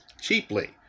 cheaply